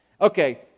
Okay